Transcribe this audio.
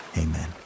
Amen